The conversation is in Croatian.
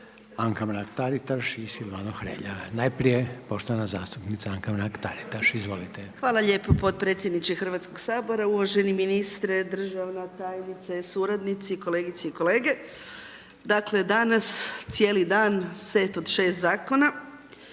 Anka Mrak- Taritaš i Silvano Hrelja. Najprije poštovana zastupnica Anka Mrak-Taritaš.Izvolite. **Mrak-Taritaš, Anka (GLAS)** Hvala lijepo potpredsjedniče Hrvatskoga sabora, uvaženi ministre, državna tajnice, suradnici, kolegice i kolege. Dakle, danas cijeli dan set od 6 zakona